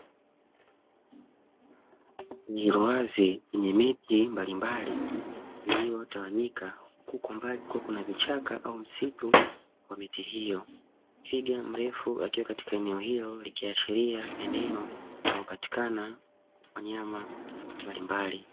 Uwazi wenye miti mbalimbali uliotawanyika huku mbali kukiwa na miti nyenye vichaka au msitu wa miti hiyo. Twiga mrefu ikiashiria eneo linalopatikana wanyama mbalimbali.